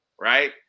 right